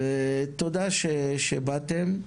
ותודה שבאתם.